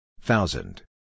Thousand